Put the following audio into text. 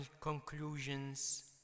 conclusions